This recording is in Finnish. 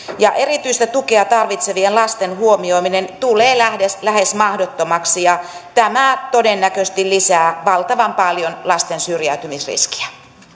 erityistä tukea tarvitsevien lasten huomioiminen tulee lähes mahdottomaksi tämä todennäköisesti lisää valtavan paljon lasten syrjäytymisriskiä